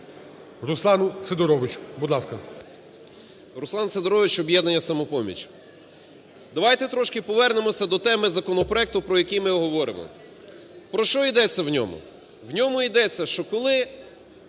Руслан Сидорович, "Об'єднання "Самопоміч". Давайте трішки повернемося до теми законопроекту, про який ми говоримо. Про що йдеться в ньому? В ньому йдеться, що коли